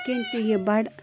تِم تہِ یہِ بَڈٕ